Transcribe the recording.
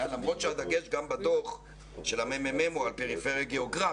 למרות שהדגש גם בדוח של הממ"מ הוא על פריפריה גיאוגרפית.